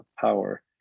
power